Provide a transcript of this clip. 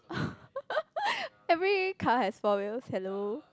every car has four wheels hello